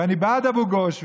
ואני בעד אבו גוש,